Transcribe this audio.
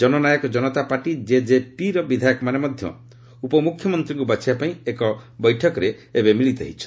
ଜନନାୟକ Janata party ଜେଜେପିର ବିଧାୟକମାନେ ମଧ୍ୟ ଉପମୁଖ୍ୟମନ୍ତ୍ରୀଙ୍କୁ ବାଛିବାପାଇଁ ମଧ୍ୟ ଏକ ବୈଠକରେ ମିଳିତ ହୋଇଛନ୍ତି